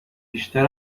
بیشتر